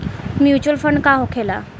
Mutual fund का होखेला?